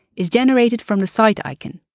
it's generated from the site icon.